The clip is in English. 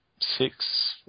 six